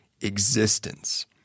existence